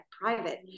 private